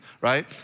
right